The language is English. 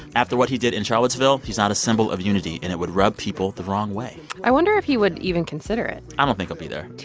after what he did in charlottesville, he's not a symbol of unity, and it would rub people the wrong way. i wonder if he would even consider it i don't think he'll be there to